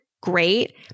great